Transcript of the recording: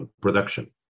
production